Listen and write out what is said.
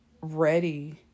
ready